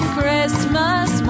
Christmas